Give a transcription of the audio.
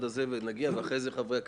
מזה 20 שנה.